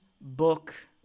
book